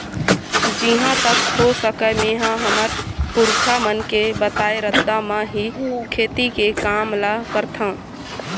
जिहाँ तक हो सकय मेंहा हमर पुरखा मन के बताए रद्दा म ही खेती के काम ल करथँव